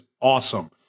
awesome